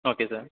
okay sir